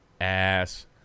ass